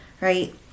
right